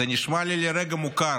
זה נשמע לי לרגע מוכר,